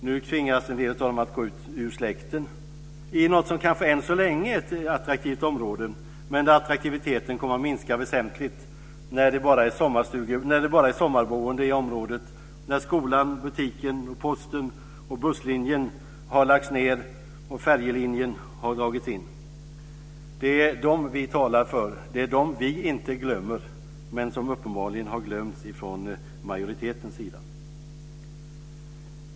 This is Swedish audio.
Nu tvingas en del av dem ur släkten - fastigheter i ett kanske än så länge attraktivt område men där attraktiviteten kommer att minska väsentligt när det bara är sommarboende i området och när skolan, butiken, Posten och busslinjen lagts ned och färjelinjen dragits in. Det är dessa som vi talar för och det är dessa som vi inte glömmer men som uppenbarligen har glömts från majoritetens sida.